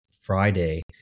Friday